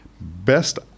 Best